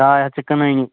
ڈاے ہَتھ چھِ کٕنٲنی